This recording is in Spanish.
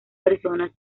personas